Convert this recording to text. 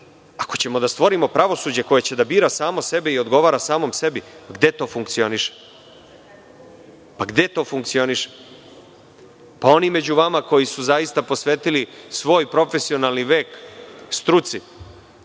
Ako ćemo da stvorimo pravosuđe koje će da bira samo sebe i odgovara samom sebi, gde to funkcioniše? Oni među vama koji su zaista posvetili svoj profesionalni vek struci,